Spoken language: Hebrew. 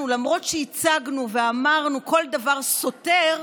אנחנו, למרות שהצגנו ואמרנו כל דבר סותר,